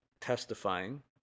testifying